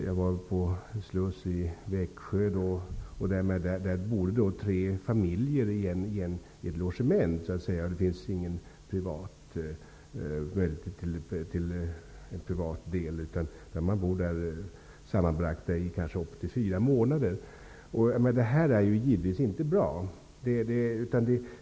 Jag var på en sluss i Växjö. Där bor tre familjer i ett logement. Det finns ingen möjlighet till privatliv, utan man bor där sammanbragt upp till fyra månader. Det är givetvis inte bra.